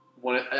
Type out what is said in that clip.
one